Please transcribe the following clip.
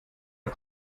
auf